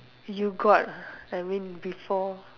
you got I mean before